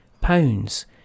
pounds